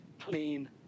clean